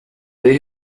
they